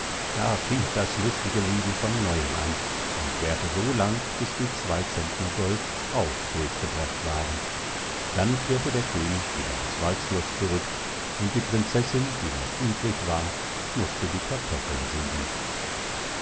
da fing das lustige leben von neuem an und währte so lang bis die zwei centner gold auch durchgebracht waren dann kehrte der könig wieder ins waldschloß zurück und die prinzessin die noch übrig war mußte die kartoffeln sieden